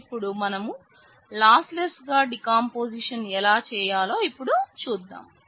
ఇప్పుడు మనం లాస్లెస్ గా డీకంపోజిషన్ ఎలా చేయాలో ఇపుడు చూద్దాం